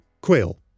quail